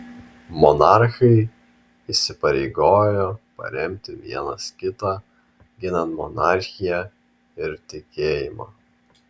monarchai įsipareigojo paremti vienas kitą ginant monarchiją ir tikėjimą